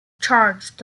charged